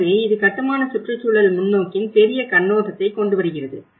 எனவே இது கட்டுமான சுற்றுச்சூழல் முன்னோக்கின் பெரிய கண்ணோட்டத்தைக் கொண்டுவருகிறது